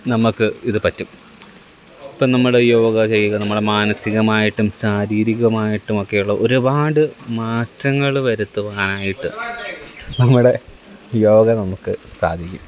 നമ്മൾക്ക് ഇത് പറ്റും ഇപ്പം നമ്മൾ യോഗ ചെയ്തു നമ്മൾ മാനസികമായിട്ടും ശാരീരികമായിട്ടും ഒക്കെയുള്ള ഒരുപാട് മാറ്റങ്ങൾ വരുത്തുവാനായിട്ട് നമ്മുടെ യോഗ നമുക്ക് സാധിക്കും